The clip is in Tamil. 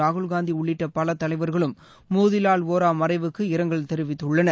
ராகுல் காந்தி உள்ளிட்ட பல தலைவர்களும் மோதிலால் வோரா மறைவுக்கு இரங்கல் தெரிவித்துள்ளனர்